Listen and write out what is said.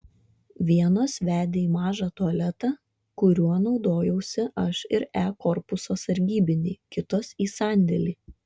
vienos vedė į mažą tualetą kuriuo naudojausi aš ir e korpuso sargybiniai kitos į sandėlį